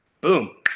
Boom